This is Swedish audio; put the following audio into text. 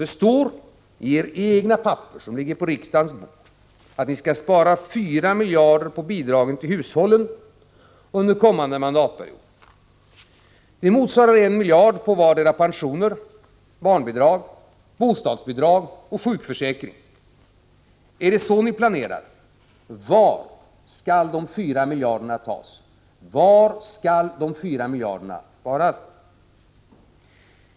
Detstår i era egna papper, som ligger på riksdagens bord, att ni skall spara 4 miljarder på bidragen till hushållen under kommande mandatperiod. Det motsvarar 1 miljard på vardera pensioner, barnbidrag, bostadsbidrag och sjukförsäkring. Är det så ni planerar? Var skall de fyra miljarderna tas? Var skall de sparas? 2.